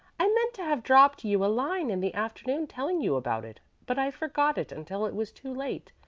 i meant to have dropped you a line in the afternoon telling you about it, but i forgot it until it was too late.